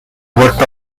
worked